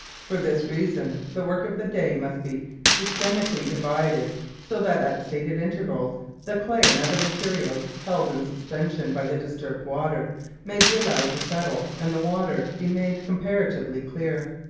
for this reason the work of the day must be systematically divided so that at stated intervals the clay and other materials held in suspension by the disturbed water may be allowed to settle and the water be made comparatively clear.